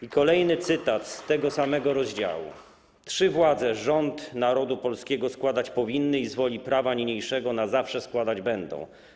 I kolejny cytat z tego samego rozdziału: Trzy władze rząd narodu polskiego składać powinny i z woli prawa niniejszego na zawsze składać będą.